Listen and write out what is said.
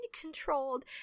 controlled